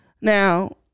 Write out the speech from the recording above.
Now